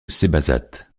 cébazat